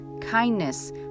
kindness